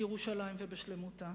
בירושלים ובשלמותה.